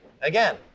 again